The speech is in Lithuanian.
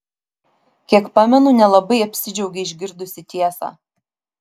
kiek pamenu nelabai apsidžiaugei išgirdusi tiesą